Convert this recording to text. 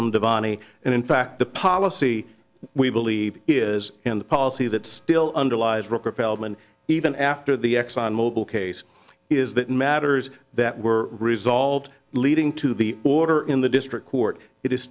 from the vani and in fact the policy we believe is in the policy that still underlies rockefeller and even after the exxon mobile case is that matters that were resolved leading to the order in the district court it is